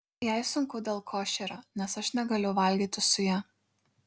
jai sunku dėl košerio nes aš negaliu valgyti su ja